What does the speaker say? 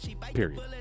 period